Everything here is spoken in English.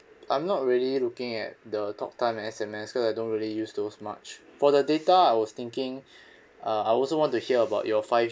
I'm not really looking at the talk time and S_M_S cause I don't really use those much for the data I was thinking uh I also want to hear about your five